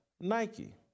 Nike